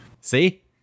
See